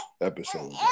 episode